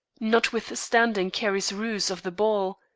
notwithstanding carrie's ruse of the ball,